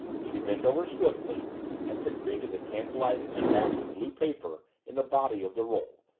she bent over swiftly and secreted the tantalizing scrap of blue paper in the body of the roll,